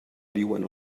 diuen